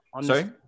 Sorry